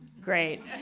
great